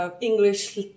English